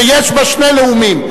שיש בה שני לאומים.